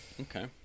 Okay